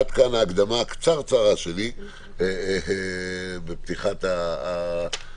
עד כאן ההקדמה הקצרצרה שלי בפתיחת הדיון.